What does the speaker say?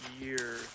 year